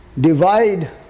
divide